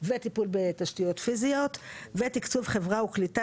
וטיפול בתשתיות פיזיות ותקצוב חברה וקליטה,